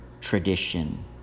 tradition